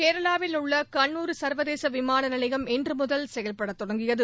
கேரளாவில் உள்ள கண்ணூர் சா்வதேச விமானநிலையம் இன்று முதல் செயல்படத் தொடங்கியது